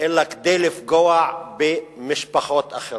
אלא כדי לפגוע במשפחות אחרות.